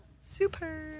Super